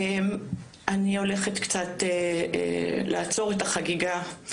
אני הולכת לעצור את החגיגה,